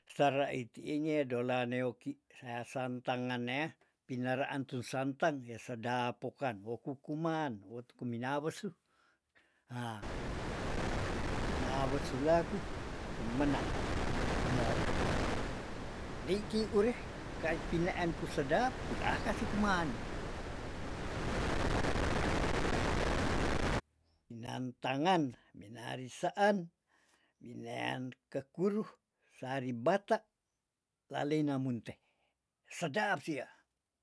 Sara iti engedola neoki seasan tangan neah pinaraan tu santang e sedap pokan wokukuman wotuku minawesuh hah, mawesulaku kumena hukumo, dei ki ure kaipineen ku sedap kulah kasih kuman, minantangan, minarisaan, mineankekuru, saribata, laleina munte sedap sia.